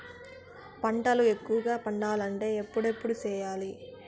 పంటల ఎక్కువగా పండాలంటే ఎప్పుడెప్పుడు సేయాలి?